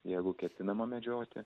jeigu ketinama medžioti